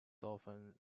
often